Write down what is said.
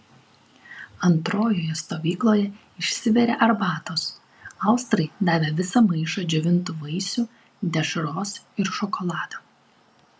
antrojoje stovykloje išsivirė arbatos austrai davė visą maišą džiovintų vaisių dešros ir šokolado